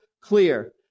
clear